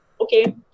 okay